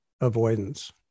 avoidance